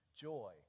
joy